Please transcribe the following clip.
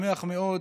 שמח מאוד,